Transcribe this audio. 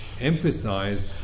emphasize